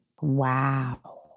Wow